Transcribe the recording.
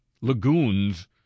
lagoons